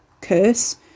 curse